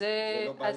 זו לא בעיה.